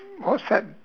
what's that